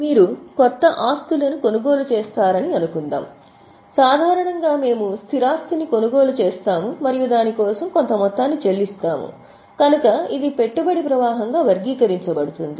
మీరు క్రొత్త ఆస్తులను కొనుగోలు చేస్తారని అనుకుందాం సాధారణంగా మేము స్థిర ఆస్తిని కొనుగోలు చేస్తాము మరియు దాని కోసం చెల్లిస్తాము కనుక ఇది పెట్టుబడి ప్రవాహంగా వర్గీకరించబడుతుంది